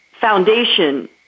foundation